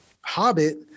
hobbit